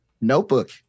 Notebook